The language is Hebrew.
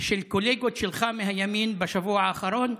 של קולגות שלך מהימין בשבוע האחרון.